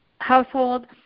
household